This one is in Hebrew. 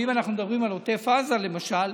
ואם אנחנו מדברים על עוטף עזה, למשל,